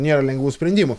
nėra lengvų sprendimų